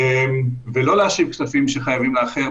ולא להשית כספים שחייבים לאחר,